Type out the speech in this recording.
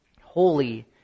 Holy